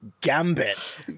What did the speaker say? Gambit